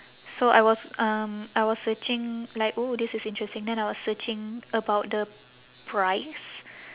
so I was um I was searching like oh this is interesting then I was searching about the price